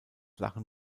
lachen